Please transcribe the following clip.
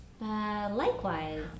Likewise